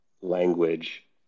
language